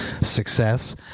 Success